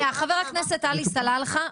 חבר הכנסת עלי סלאלחה,